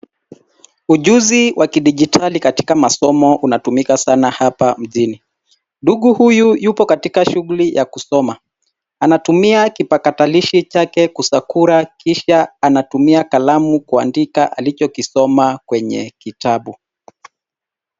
Ujuzi wa kidijitali katika masomo unatumika sana hapa mjini. Ndugu huyu yuko katika shuguli za kusoma. Anatumia kipatakalishi chake kusakura kisha anatumia kalamu kuandika alichokisoma kwenye kitabu.